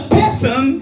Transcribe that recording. person